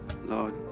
Lord